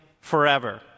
forever